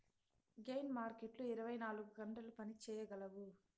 gain మార్కెట్లు ఇరవై నాలుగు గంటలు పని చేయగలవు